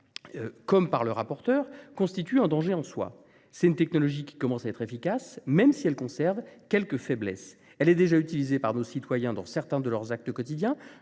comme par notre rapporteur, constitue un danger en soi. C'est une technologie qui commence à être efficace, même si elle conserve quelques faiblesses. Elle est déjà utilisée par nos citoyens pour certains de leurs actes quotidiens-